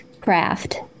craft